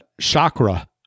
Chakra